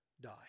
die